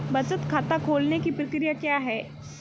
बचत खाता खोलने की प्रक्रिया क्या है?